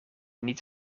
niet